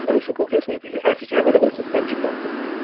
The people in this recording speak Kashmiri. أسۍ ہیٚکو یُس اَسہِ نِش ایویلیبل چھ تمچے کَتھ کٔرِتھ